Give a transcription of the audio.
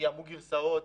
תיאמו גרסאות.